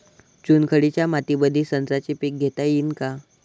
चुनखडीच्या मातीमंदी संत्र्याचे पीक घेता येईन का?